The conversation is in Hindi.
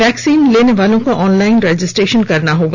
वैक्सीन लेने वालों को ऑनलाइन रजिस्ट्रेशन करना होगा